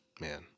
man